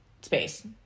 space